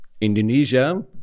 Indonesia